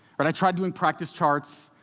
but i tried doing practice charts.